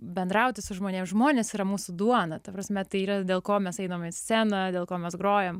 bendrauti su žmonėm žmonės yra mūsų duona ta prasme tai yra dėl ko mes einam į sceną dėl ko mes grojam